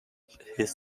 his